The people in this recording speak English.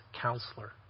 counselor